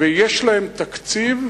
ויש להם תקציב,